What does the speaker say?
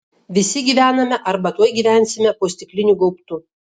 visi gyvename arba tuoj gyvensime po stikliniu gaubtu